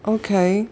okay